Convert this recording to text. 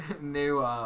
new